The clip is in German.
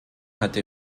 hatte